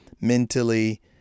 mentally